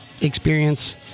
experience